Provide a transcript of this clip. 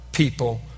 People